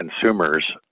consumers